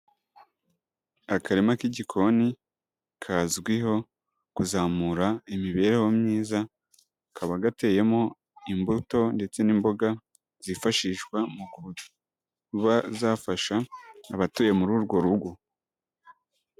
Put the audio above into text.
Akarima k'igikoni ,kazwiho kuzamura imibereho myiza, kaba gateyemo imbuto ndetse n'imboga, zifashishwa mu kuba zafasha abatuye muri urwo rugo.